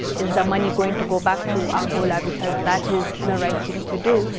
is the money going to go back to angola, because that is the right thing to do,